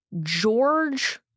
George